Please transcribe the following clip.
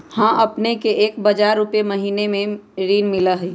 हां अपने के एक हजार रु महीने में ऋण मिलहई?